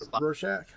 rorschach